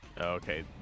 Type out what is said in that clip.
Okay